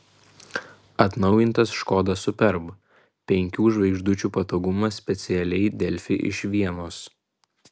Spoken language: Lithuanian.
atnaujintas škoda superb penkių žvaigždučių patogumas specialiai delfi iš vienos